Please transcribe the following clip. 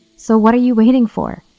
so what are you waiting for?